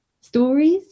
stories